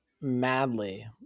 madly